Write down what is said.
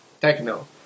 techno